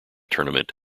tournament